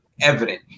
evident